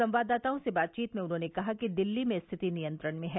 संवाददाताओं से बातचीत में उन्होंने कहा कि दिल्ली में रिथति नियंत्रण में है